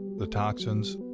the toxins,